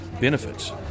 benefits